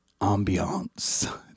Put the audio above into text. ambiance